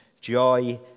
joy